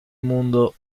mundo